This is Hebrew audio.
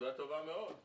נקודה טובה מאוד.